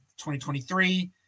2023